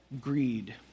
greed